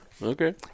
Okay